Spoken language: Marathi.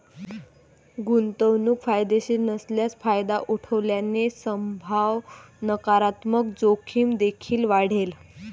गुंतवणूक फायदेशीर नसल्यास फायदा उठवल्याने संभाव्य नकारात्मक जोखीम देखील वाढेल